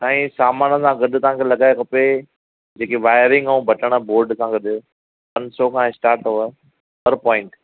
साईं सामान सां गॾु तव्हां खे लॻाए खपे जेके वायरिंग ऐं बटण बोर्ड सां गॾु पंज सौ खां स्टार्ट अथव पर पॉइंट